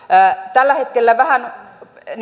tällä hetkellä vähän